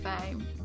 fame